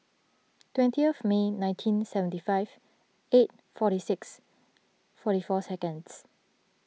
twentieth May nineteen seventy five eight forty six forty four seconds